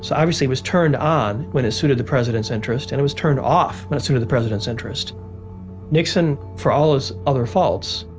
so obviously, it was turned on when it suited the president's interest and it was turned off when it suited the president's interest nixon, for all those other faults,